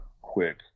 quick